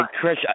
Chris